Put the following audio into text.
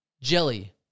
Jelly